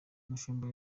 mushumba